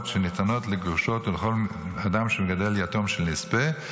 הניתנות לגרושות ולכל אדם שמגדל יתום של נספה.